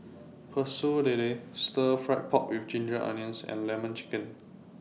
Pecel Lele Stir Fry Pork with Ginger Onions and Lemon Chicken